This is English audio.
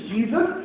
Jesus